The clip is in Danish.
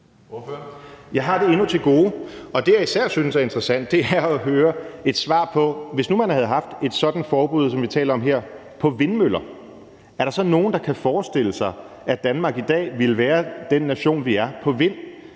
Jeg har det endnu til gode, og det, som jeg især synes er interessant, er jo at høre et svar på, om der, hvis man nu havde haft et sådant forbud, som vi her taler om, i forhold til vindmøller, så var nogen, der kunne forestille sig, at Danmark ville være den nation, som vi